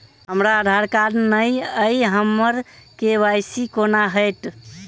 हमरा आधार कार्ड नै अई हम्मर के.वाई.सी कोना हैत?